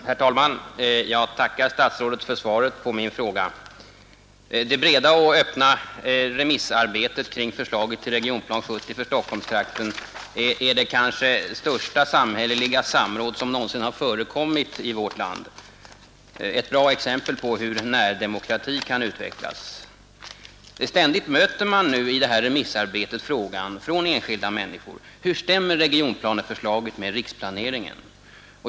Herr talman! Jag tackar statsrådet för svaret på min fråga. Det breda och öppna remissarbetet kring förslaget till Regionplan 70 för Stockholmstrakten är det kanske största samhälleliga samråd som någonsin har förekommit i vårt land — ett bra exempel på hur närdemokrati kan utvecklas. Men ständigt möter man nu i det remissarbetet frågan från enskilda människor: Hur stämmer regionplaneförslaget med riksplaneringen?